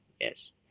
Yes